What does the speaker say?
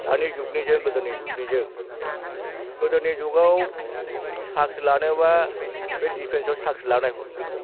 दानि जुगनिजों गोदोनि जुगनिजों गोदोनि जुगाव साख्रि लानोबा बे डिफेन्सआव साख्रि लानायफोरखौ